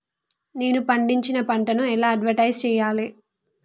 నేను పండించిన పంటను ఎలా అడ్వటైస్ చెయ్యాలే?